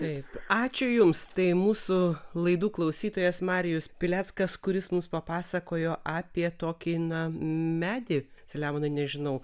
taip ačiū jums tai mūsų laidų klausytojas marijus pileckas kuris mums papasakojo apie tokį na medį selemonai nežinau